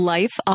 Life